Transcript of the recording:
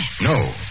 No